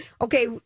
Okay